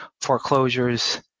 foreclosures